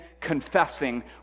confessing